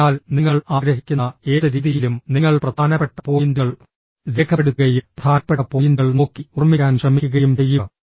അതിനാൽ നിങ്ങൾ ആഗ്രഹിക്കുന്ന ഏത് രീതിയിലും നിങ്ങൾ പ്രധാനപ്പെട്ട പോയിന്റുകൾ രേഖപ്പെടുത്തുകയും പ്രധാനപ്പെട്ട പോയിന്റുകൾ നോക്കി ഓർമ്മിക്കാൻ ശ്രമിക്കുകയും ചെയ്യുക